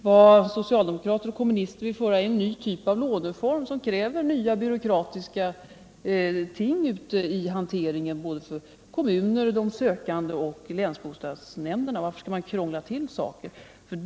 Vad socialdemokrater och kommunister vill införa är en ny låneform, som kräver nya byråkratiska anordningar i hanteringen för kommunerna, för de lånesökande och för länsbostadsnämnderna. Varför skall man krångla till det för sig?